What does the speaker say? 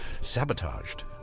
sabotaged